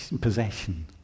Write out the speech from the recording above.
possession